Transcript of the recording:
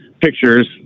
pictures